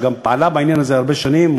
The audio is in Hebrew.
שגם פעלה בעניין הזה הרבה שנים,